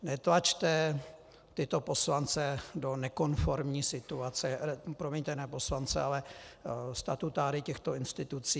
Netlačte tyto poslance do nekonformní situace promiňte, ne poslance, ale statutáry těchto institucí.